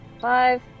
Five